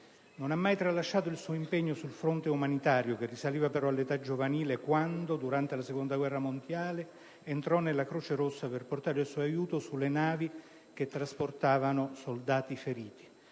Non ha mai tralasciato il suo impegno sul fronte umanitario, che risaliva però all'età giovanile quando, durante la seconda guerra mondiale, entrò nella Croce Rossa per portare il suo aiuto sulle navi che trasportavano soldati feriti.